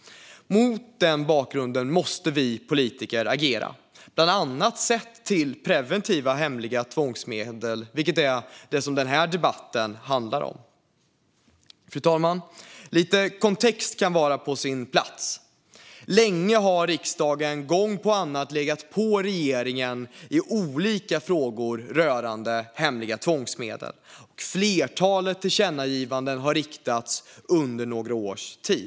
Mot den bakgrunden måste vi politiker agera, bland annat när det gäller preventiva hemliga tvångsmedel, vilket är vad denna debatt handlar om. Fru talman! Lite kontext kan vara på sin plats. Länge och gång efter annan har riksdagen legat på regeringen i olika frågor rörande hemliga tvångsmedel. Ett flertal tillkännagivanden har riktats under några års tid.